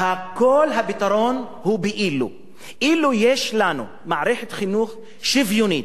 כל הפתרון הוא באילו: אילו היתה לנו מערכת חינוך שוויונית,